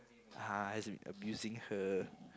ah abusing her